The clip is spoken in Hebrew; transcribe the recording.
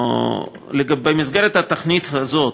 במסגרת התוכנית הזאת,